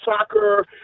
soccer